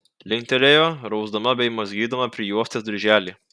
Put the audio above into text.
linktelėjo rausdama bei mazgydama prijuostės dirželį